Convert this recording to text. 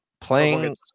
playing